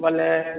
ମାନେ